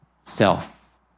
self